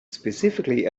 specifically